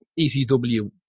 ECW